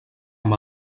amb